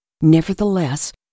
Nevertheless